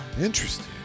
Interesting